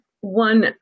one